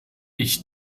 ich